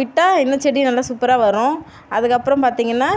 விட்டால் இன்னும் செடி நல்லா சூப்பராக வரும் அதுக்கு அப்புறம் பார்த்தீங்கன்னா